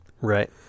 Right